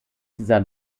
dieser